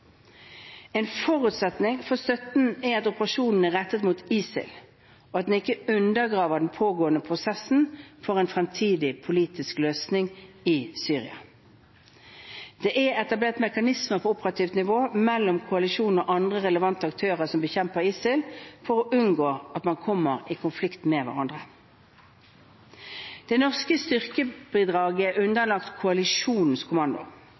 En forutsetning for støtten er at operasjonen er rettet mot ISIL, og at den ikke undergraver den pågående prosessen for en fremtidig politisk løsning i Syria. Det er etablert mekanismer på operativt nivå mellom koalisjonen og andre relevante aktører som bekjemper ISIL for å unngå at man kommer i konflikt med hverandre. Det norske styrkebidraget er